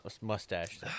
mustache